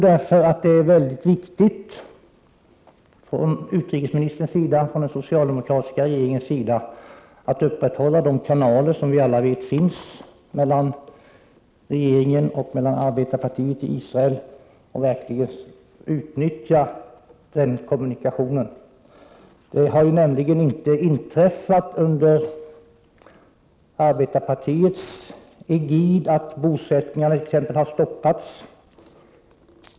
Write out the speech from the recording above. Därför är det mycket viktigt att utrikesministern och den socialdemokratiska regeringen upprätthåller de kanaler som vi alla vet finns mellan regeringen och arbetarpartiet i Israel. Det är viktigt att man verkligen utnyttjar den kommunikationen. Under arbetarpartiets egid har det nämligen inte förekommit att t.ex. bosättningar har stoppats.